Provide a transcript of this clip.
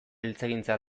eltzegintza